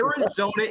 Arizona